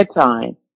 time